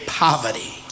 poverty